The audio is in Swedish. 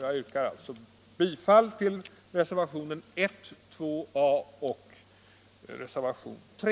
Jag yrkar bifall till reservationerna 1, 2 a och 3.